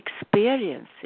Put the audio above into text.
experiences